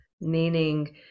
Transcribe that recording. meaning